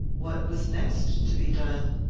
what was next to be done?